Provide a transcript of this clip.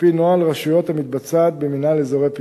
על-פי נוהל רשויות המתבצע במינהל אזורי פיתוח.